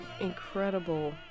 incredible